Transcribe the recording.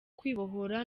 kwibohora